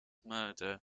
murder